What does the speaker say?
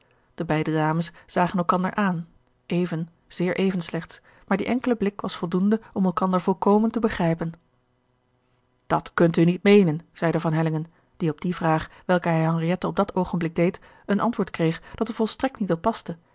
de beide dames zagen elkander aan even zeer even slechts maar die enkele blik was voldoende om elkander volkomen te begrijpen dat kunt u niet meenen zeide van hellingen die op die vraag welke hij henriette op dat oogenblik deed een antwoord kreeg dat er volstrekt niet op paste